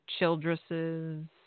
Childresses